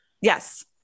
Yes